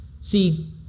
See